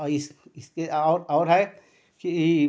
और इस इसके और और है कि